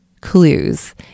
clues